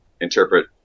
interpret